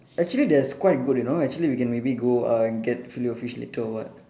actually there's quite good you know actually we can maybe go uh get filet O fish later or what